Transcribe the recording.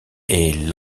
est